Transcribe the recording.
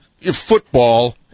football